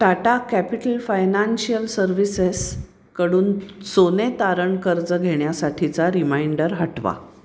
Tata Capital Financial Services कडून सोने तारण कर्ज घेण्यासाठीचा रिमाइंडर हटवा